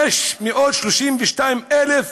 532,000,